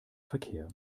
verkehr